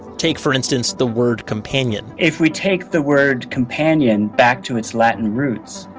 take, for instance, the word companion if we take the word companion back to its latin roots,